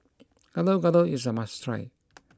Gado Gado is a must try